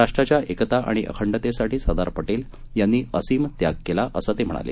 राष्ट्राच्या एकता आणि अखंडतेसाठी सरदार पटेल यांनी असीम त्याग केला असं ते म्हणाले